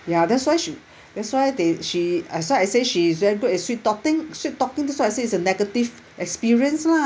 ya that's why should that's why they she that's why I say she is very good at sweet talking sweet talking so I say it's a negative experience lah